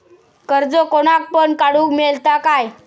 कर्ज कोणाक पण काडूक मेलता काय?